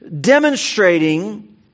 demonstrating